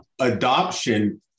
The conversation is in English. Adoption